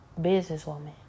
businesswoman